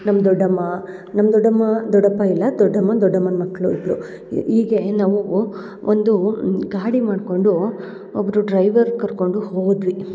ನಮ್ಮ ದೊಡ್ಡಮ್ಮ ನಮ್ಮ ದೊಡ್ಡಮ್ಮ ದೊಡ್ಡಮ್ಮ ಇಲ್ಲ ದೊಡ್ಡಮ್ಮ ದೊಡ್ಡಮ್ಮನ ಮಕ್ಕಳು ಇಬ್ಬರು ಹೀಗೆ ನಾವು ಒಂದು ಗಾಡಿ ಮಾಡ್ಕೊಂಡು ಒಬ್ಬರು ಡ್ರೈವರ್ ಕರ್ಕೊಂಡು ಹೋದ್ವಿ